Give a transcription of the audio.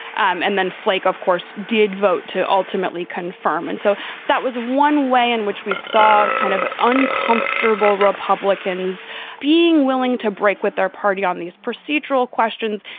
um and then flake off course did vote to ultimately confirm. and so that was one way in which we saw kind of uncomfortable republicans being willing to break with their party on these procedural questions,